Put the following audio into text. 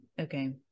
Okay